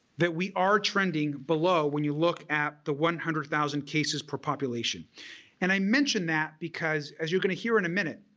that we are trending below when you look at the one hundred thousand cases per population and i mention that because as you're going to hear in a minute,